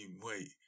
Wait